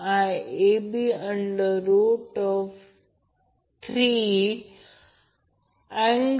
तर हे balanced ∆ load आहे आणि सोर्सदेखील ∆ आहे आणि इम्पेडन्सची सीरिज समान राहते म्हणून Z ∆ Z ∆ दिले आहे